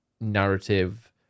narrative